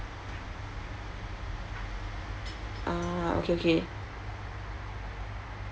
ah okay okay